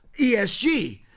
ESG